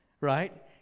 right